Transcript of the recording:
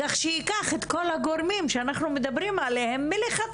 אני יודעת